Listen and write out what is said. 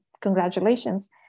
congratulations